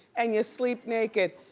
and you sleep naked.